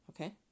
Okay